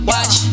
Watch